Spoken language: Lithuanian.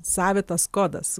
savitas kodas